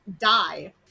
die